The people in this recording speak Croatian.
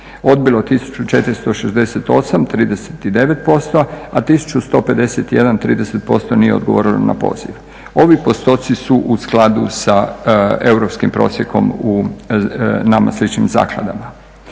odbilo je 1468 ili 39%, a 1151 ili 30% nije odgovorilo na poziv. Ovi postoci su u skladu sa europskim prosjekom u nama sličnim zakladama.